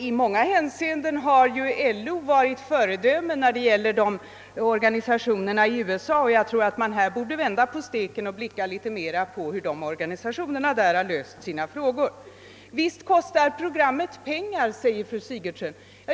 I många hänseenden har ju LO varit ett föredöme för organisationerna i USA, och jag tror att man här borde vända på steken och se litet mer på hur de amerikanska organisationerna löst sina frågor. Visst kostar programmet pengar, säger fru Sigurdsen.